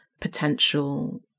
potential